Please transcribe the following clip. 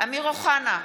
אמיר אוחנה,